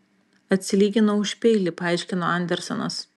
atsilyginau už peilį paaiškino andersonas